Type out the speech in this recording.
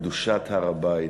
קדושת הר-הבית,